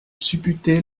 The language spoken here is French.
supputer